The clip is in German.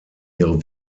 ihre